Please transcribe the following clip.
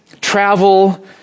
travel